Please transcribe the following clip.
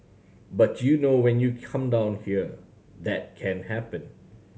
but you know when you come down here that can happen